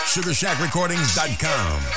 SugarshackRecordings.com